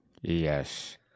Yes